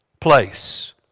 place